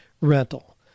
rental